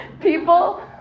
People